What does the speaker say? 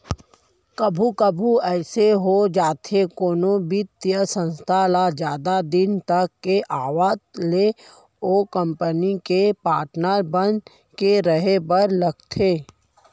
कभू कभू अइसे हो जाथे कोनो बित्तीय संस्था ल जादा दिन तक के आवत ले ओ कंपनी के पाटनर बन के रहें बर लगथे